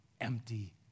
empty